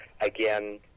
again